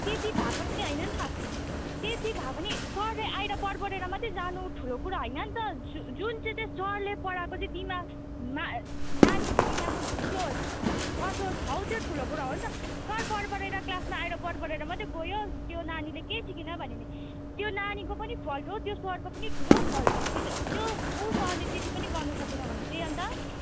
त्यति भए पनि होइन नि त त्यति भए पनि सरले आएर बढबढाएर मात्र जानु ठुलो कुरा होइन नि त जु जुन चाहिँ चाहिँ सरले पढाएको चाहिँ दिमाग ना नानीहरूको दिमागमा घुसोस् पसोस् हौ त्यो ठुलो कुरा हो नि त सर बढबढाएर क्लासमा आएर बढबढाएर मात्रै गयो त्यो नानीले केही सिकेन भन्यो भने त्यो नानीको पनि फल्ट हो त्यो सरको पनि ठुलो फल्ट हो किन त्यो ऊ सरले चाहिँ त्यति पनि गर्नुसकेन भने चाहिँ अन्त